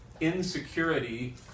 insecurity